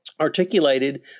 articulated